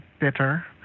bitter